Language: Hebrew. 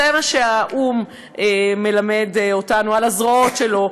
זה מה שהאו"ם על הזרועות שלו,